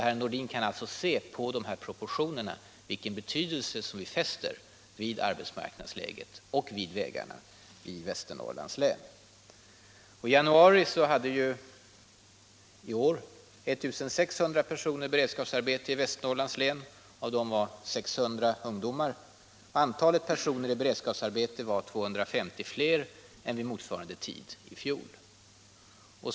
Herr Nordin kan alltså av de proportionerna se vilken betydelse vi fäster vid arbetsmarknadsläget och vid standarden på vägarna i Västernorrlands län. I januari i år hade 1 600 personer beredskapsarbeten i Västernorrlands län. Av dem var 600 ungdomar. Antalet personer i beredskapsarbete var då 250 fler än under motsvarande tid i fjol.